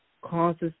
causes